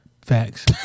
Facts